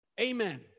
Amen